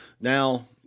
Now